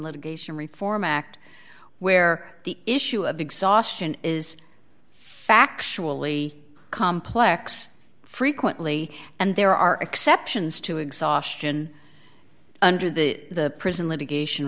litigation reform act where the issue of exhaustion is factually complex frequently and there are exceptions to exhaustion under the prison litigation